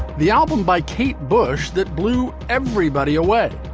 the album by kate bush that blew everybody away.